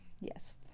Yes